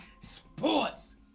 sports